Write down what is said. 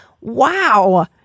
Wow